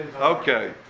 Okay